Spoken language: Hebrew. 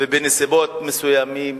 ובנסיבות מסוימות